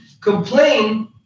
complain